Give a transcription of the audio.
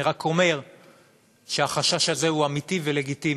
אני רק אומר שהחשש הזה הוא אמיתי ולגיטימי.